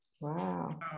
Wow